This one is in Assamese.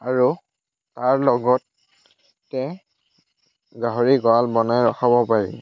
আৰু তাৰ লগতে গাহৰি গঁৰাল বনাই ৰখাব পাৰি